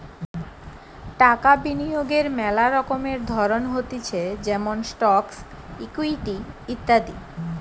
টাকা বিনিয়োগের মেলা রকমের ধরণ হতিছে যেমন স্টকস, ইকুইটি ইত্যাদি